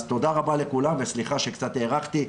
תודה רבה לכולם וסליחה שקצת הארכתי,